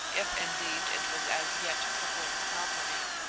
if indeed it was as yet public property.